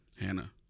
Hannah